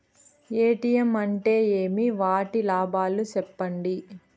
ATM అంటే ఏమి? వాటి లాభాలు సెప్పండి?